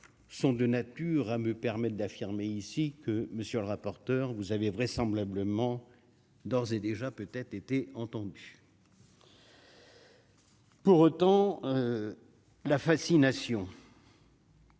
sont de nature à me permettent d'affirmer ici que monsieur le rapporteur, vous avez vraisemblablement d'ores et déjà peut être été entendus. Pour autant, la fascination.